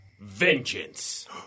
Vengeance